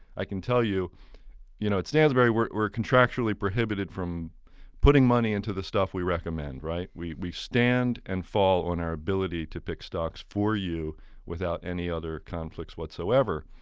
i can tell you you know at stansberry we're contractually prohibited from putting money into the stuff we recommend, right? we we stand and fall on our ability to pick stocks for you without any other conflicts whatsoever.